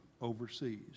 overseas